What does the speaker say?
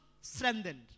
strengthened